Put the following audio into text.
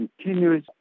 continuous